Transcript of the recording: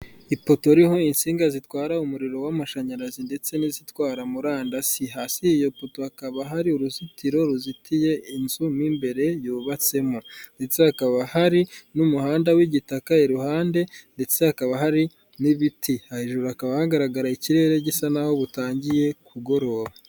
Ipoto ririho insinga zitwara umuriro w'amashanyarazi ndetse n'izitwara murandasi. Hasi y'iyo poto hakaba hari uruzitiro ruzitiye inzu mo imbere yubatsemo ndetse hakaba hari n'umuhanda w'igitaka, iruhande ndetse hakaba hari n'ibiti. Hejuru hakaba hagaragara ikirere gisa n'aho butangiye kugoroba.